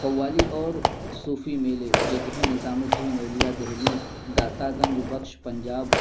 کووالی اور صوفی میلے جگہ نصام الدھیی نولیا دہلی داتا گھنج بخش پنجاب